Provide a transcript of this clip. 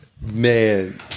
Man